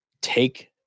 take